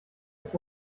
ist